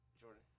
Jordan